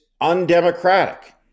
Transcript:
undemocratic